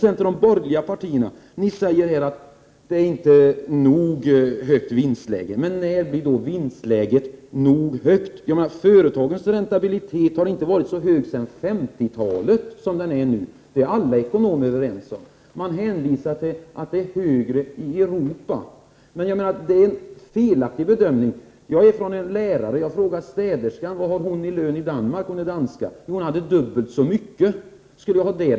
Från de borgerliga partiernas sida sägs det att vinsterna inte är nog höga. Men när blir de nog höga? Alltsedan 50-talet har företagens räntabilitet inte varit så god som den är nu. Därom är alla ekonomer överens. Man hänvisar till att räntabiliteten är bättre i övriga Europa. Men i det avseendet gör man en felaktig bedömning. Själv är jag lärare. Om jag frågar städerskan i min skola — hon är danska — vilken lön hon skulle ha om hon arbetade i Danmark — blir svaret att lönen skulle vara dubbelt så hög.